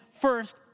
first